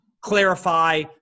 clarify